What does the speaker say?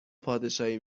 پادشاهی